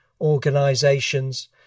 organizations